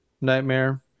nightmare